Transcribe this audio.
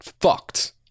fucked